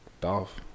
Dolph